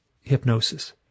hypnosis